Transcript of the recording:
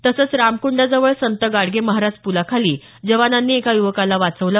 तसंच रामकुंडाजवळ संत गाडगे महाराज प्लाखाली जवानांनी एका युवकाला वाचवलं